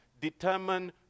determine